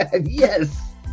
Yes